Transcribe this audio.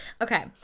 okay